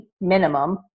minimum